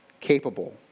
capable